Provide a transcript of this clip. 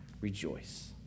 rejoice